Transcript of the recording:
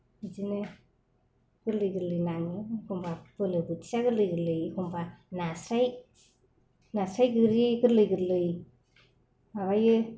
बिदिनो गोर्लै गोर्लै नानि एखम्बा बोलो बोथिया गोर्लै गोर्लै एखम्बा नास्राय नास्राय गोरि गोर्लै गोर्लै माबायो